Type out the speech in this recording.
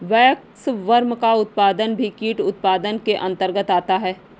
waxworm का उत्पादन भी कीट उत्पादन के अंतर्गत आता है